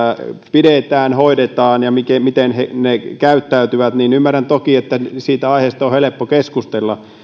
pidetään hoidetaan ja miten miten ne käyttäytyvät ymmärrän toki että siitä aiheesta on helppo keskustella